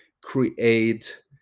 create